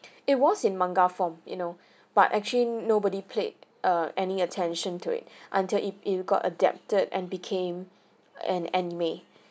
it was in manga form you know but actually nobody paid err any attention to it until it it got adapted and became an anime